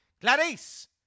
Clarice